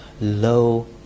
low